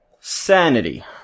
Sanity